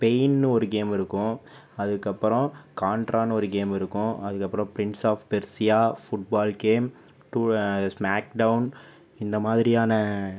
பெயின்னு ஒரு கேம் இருக்கும் அதுக்கப்புறம் கான்ட்ரான்னு ஒரு கேம் இருக்கும் அதுக்கப்புறம் Prince of Persia football game SmackDown இந்த மாதிரியான